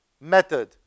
method